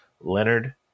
leonard